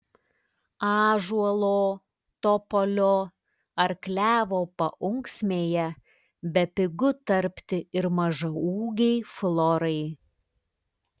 ąžuolo topolio ar klevo paunksmėje bepigu tarpti ir mažaūgei florai